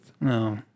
No